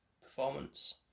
performance